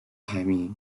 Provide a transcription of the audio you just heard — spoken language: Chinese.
排名